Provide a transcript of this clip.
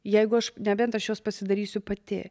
jeigu aš nebent aš juos pasidarysiu pati